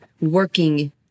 working